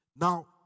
Now